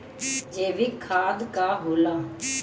जैवीक खाद का होला?